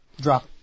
drop